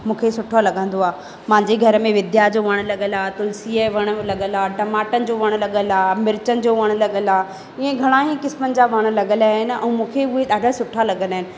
मूंखे सुठो लॻंदो आहे मुंहिंजे घर में विद्या जो वणु लॻल आहे तुलसी जा वणु लॻियल आहे टमाटनि जो वणु लॻल आहे मिर्चनि जो वणु लॻल आहे ईअं घणा ई क़िस्मन जा वणु लॻियल आहिनि ऐं मूंखे उहे ॾाढा सुठा लॻंदा आहिनि